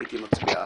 הייתי מצביע עליו.